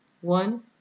one